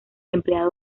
empleado